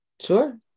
Sure